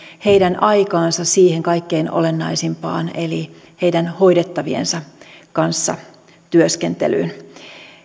heidän aikaansa siihen kaikkein olennaisimpaan eli heidän hoidettaviensa kanssa työskentelyyn